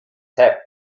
heft